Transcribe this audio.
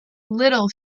little